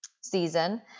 season